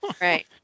Right